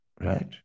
right